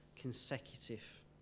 consecutive